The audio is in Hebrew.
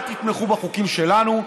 אל תתמכו בחוקים שלנו,